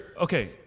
Okay